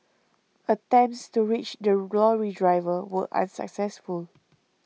attempts to reach the glory driver were unsuccessful